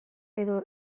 edo